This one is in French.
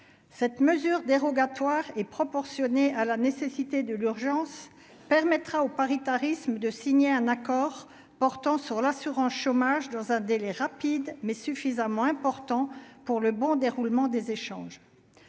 cette mesure dérogatoire et proportionnée à la nécessité de l'urgence permettra au paritarisme de signer un accord portant sur l'assurance chômage, dans un délai rapide mais suffisamment importants pour le bon déroulement des échanges